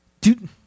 Dude